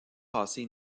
passée